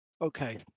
Okay